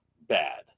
bad